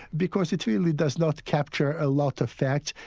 because it really does not capture a lot of facts,